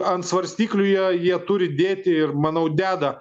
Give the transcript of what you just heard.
ant svarstyklių jie jie turi dėti ir manau deda